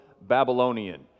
Babylonian